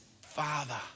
father